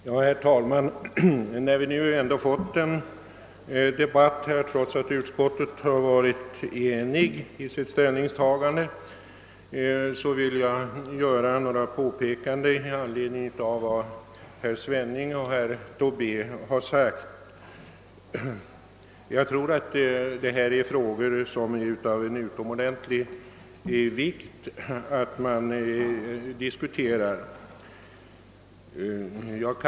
Herr talman! När vi nu ändå fått en debatt trots att utskottet varit enigt vill jag göra några påpekanden i anledning av vad herr Svenning och herr Tobé har sagt. Jag tror att det är utomordentligt viktigt att vi diskuterar dessa frågor.